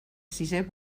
sisè